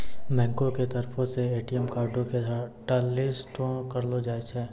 बैंको के तरफो से ए.टी.एम कार्डो के हाटलिस्टो करलो जाय सकै छै